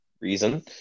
reason